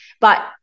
But-